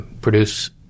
produce